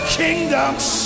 kingdoms